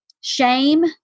shame